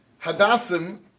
Hadassim